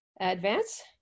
Advance